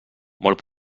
molt